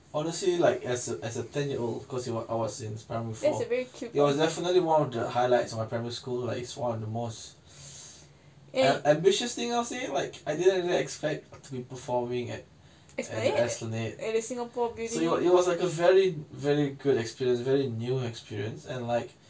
honestly like as a as a ten year old cause I was I was in primary four that was definitely one of the highlights of my primary school like it's one of the most ambitious thing I'll say like I didn't expect to be performing at the esplanade at it was like a very very good experience very new experience and like